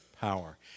power